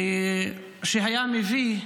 שהיה מביא,